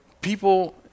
People